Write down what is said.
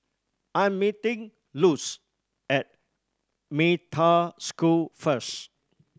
I'm meeting Luz at Metta School first